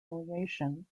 humiliation